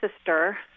sister